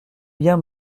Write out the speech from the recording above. bien